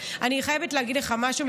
אני חייבת להגיד לך משהו,